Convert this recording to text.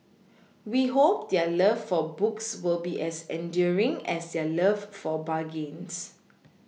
we hope their love for books will be as enduring as their love for bargains